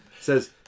says